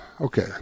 Okay